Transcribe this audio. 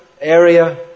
area